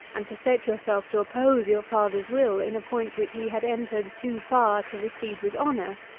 and to set yourself to oppose your father's will in a point which he had entered too far, to recede with honour.